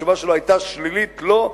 התשובה שלו היתה שלילית: לא,